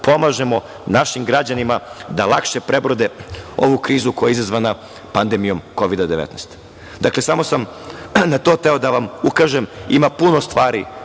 pomažemo našim građanima da lakše prebrode ovu krizu koja je izazvana pandemijom Kovida-19.Samo sam na to hteo da vam ukažem. Ima puno stvari